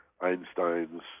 Einstein's